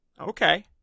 Okay